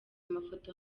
amafoto